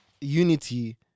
unity